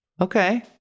Okay